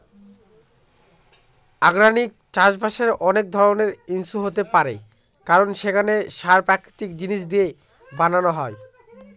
organic চাষবাসের অনেক ধরনের ইস্যু হতে পারে কারণ সেখানে সার প্রাকৃতিক জিনিস দিয়ে বানানো হয়